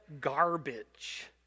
garbage